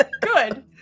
Good